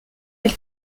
elle